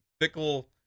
fickle